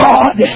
God